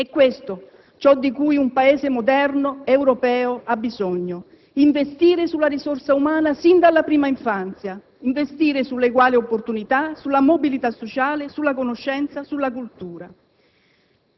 È questo ciò di cui un Paese moderno, europeo, ha bisogno: investire sulla risorsa umana sin dalla prima infanzia, sulle eguali opportunità, sulla mobilità sociale, sulla conoscenza, sulla cultura.